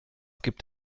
gibt